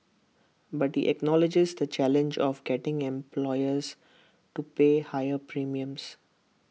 but he acknowledges the challenge of getting employers to pay higher premiums